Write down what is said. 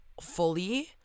fully